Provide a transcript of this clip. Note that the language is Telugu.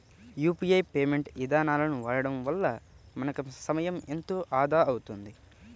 యూపీఐ పేమెంట్ ఇదానాలను వాడడం వల్ల మనకి సమయం ఎంతో ఆదా అవుతుంది